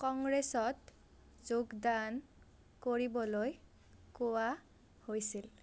কংগ্ৰেছত যোগদান কৰিবলৈ কোৱা হৈছিল